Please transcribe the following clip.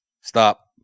Stop